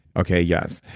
okay, yes.